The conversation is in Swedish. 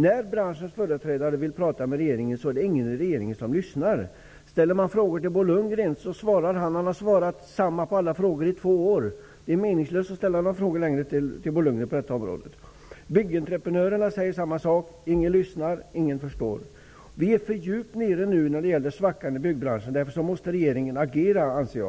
När branschens företrädare vill prata med regeringen är det ingen i regeringen som lyssnar. Ställer man frågor till Bo Lundgren svarar han samma sak som han har svarat på alla frågor i två år. Det är meningslöst att ställa frågor till honom längre på detta område. Byggentreprenörerna säger samma sak: Ingen lyssnar, ingen förstår. Vi är för djupt nere nu i svackan i byggbranschen. Jag anser därför att regeringen måste